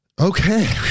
Okay